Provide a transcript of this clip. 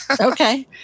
okay